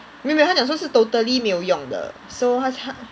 没有没有他讲说是 totally 没有用的 so 他他